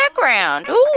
background